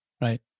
Right